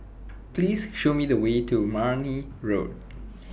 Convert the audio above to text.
Please Show Me The Way to Marne Road